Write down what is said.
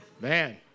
Man